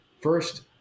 First